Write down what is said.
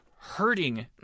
Hurting